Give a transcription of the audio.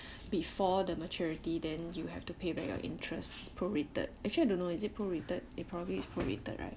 before the maturity then you have to pay back your interests pro rated actually I don't know is it pro rated it probably is pro rated right